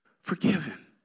forgiven